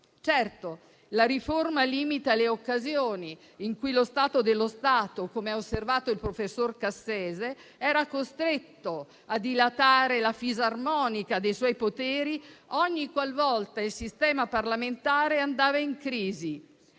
Certo, la riforma limita le occasioni in cui lo Stato dello Stato - come ha osservato il professor Cassese - è costretto a dilatare la fisarmonica dei suoi poteri, come accadeva finora ogniqualvolta il sistema parlamentare andava in crisi.